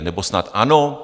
Nebo snad ano?